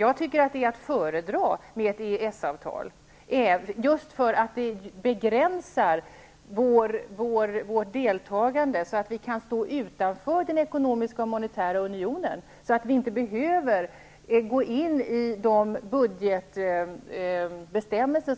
Jag tycker att EES avtalet är att föredra, just därför att den begränsar vårt deltagande så att vi kan stå utanför den ekonomiska och monetära unionen, att vi inte behöver införa budgetbestämmelser